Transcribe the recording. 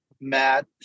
Matt